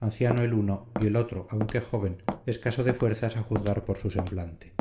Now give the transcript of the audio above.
anciano el uno y el otro aunque joven escaso de fuerzas a juzgar por su semblante